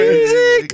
Easy